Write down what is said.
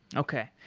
okay.